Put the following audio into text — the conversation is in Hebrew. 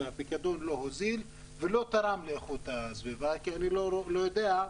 והפיקדון לא הוזיל ולא תרם לאיכות הסביבה כי אני לא יודע,